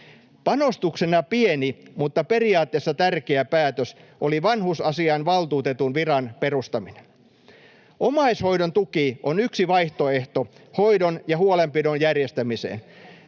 Panostuksena pieni mutta periaatteessa tärkeä päätös oli vanhusasiainvaltuutetun viran perustaminen. Omaishoidon tuki on yksi vaihtoehto hoidon ja huolenpidon järjestämiseen.